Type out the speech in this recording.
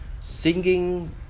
singing